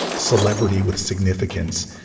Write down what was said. celebrity with significance.